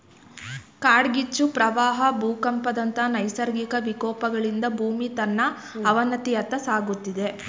ಕಾಡ್ಗಿಚ್ಚು, ಪ್ರವಾಹ ಭೂಕಂಪದಂತ ನೈಸರ್ಗಿಕ ವಿಕೋಪಗಳಿಂದ ಭೂಮಿ ತನ್ನ ಅವನತಿಯತ್ತ ಸಾಗುತ್ತಿದೆ